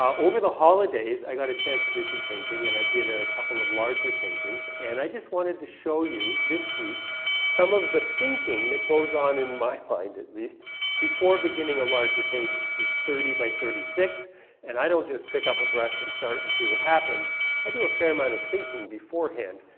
um over the holidays i got a chance to do some painting and i did a a couple of larger paintings and i just wanted to show you this week some of the thinking that goes on in my mind at least before beginning a larger painting. it's thirty by thirty six and i don't just pick up a brush and start and see what happens i do a fair amount of thinking beforehand,